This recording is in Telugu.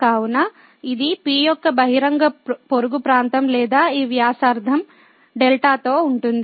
కావున ఇది P యొక్క బహిరంగ పొరుగు ప్రాంతం లేదా ఈ వ్యాసార్థం δ తో ఉంటుంది